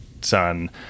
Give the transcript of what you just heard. son